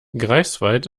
greifswald